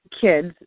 kids